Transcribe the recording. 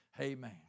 Amen